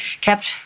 kept